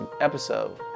episode